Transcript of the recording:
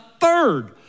third